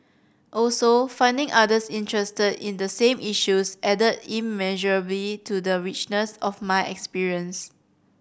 also finding others interested in the same issues added immeasurably to the richness of my experience